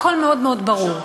הכול מאוד מאוד ברור.